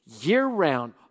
Year-round